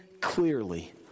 clearly